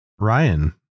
Ryan